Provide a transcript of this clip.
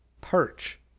perch